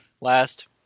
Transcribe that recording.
last